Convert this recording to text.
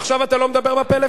עכשיו אתה לא מדבר בפלאפון?